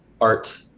art